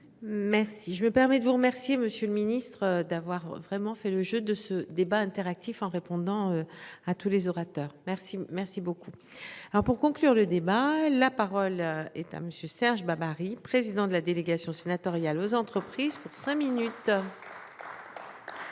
Merci. Je me permets de vous remercier, monsieur le ministre d'avoir vraiment fait le jeu de ce débat interactif en répondant à tous les orateurs. Merci, merci beaucoup. Alors pour conclure le débat. La parole est à monsieur Serge Babary, président de la délégation sénatoriale aux entreprises. Chris pour cinq minutes.